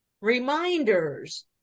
reminders